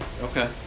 Okay